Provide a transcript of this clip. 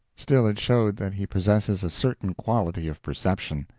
still it showed that he possesses a certain quality of perception.